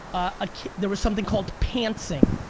ah there was something called pantsing.